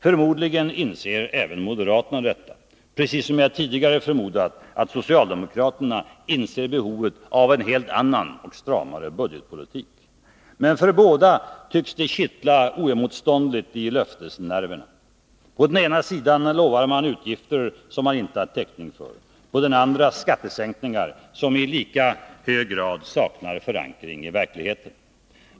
Förmodligen inser även moderaterna detta, precis som jag tidigare förmodat att socialdemokraterna inser behovet av en helt annan och stramare budgetpolitik. Men för båda tycks det kittla oemotståndligt i löftesnerverna. På ena sidan lovar man utgifter som man inte har täckning för. På den andra skattesänkningar som i lika hög grad saknar förankring i verkligheten.